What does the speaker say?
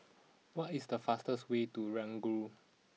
what is the fastest way to Ranggung